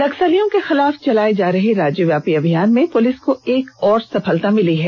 नक्सलियों के खिलाफ चलाये जा रहे राज्यव्यापी अभियान में पुलिस को एक और सफलता मिली है